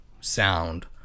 sound